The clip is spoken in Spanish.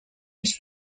los